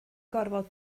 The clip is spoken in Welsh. gorfod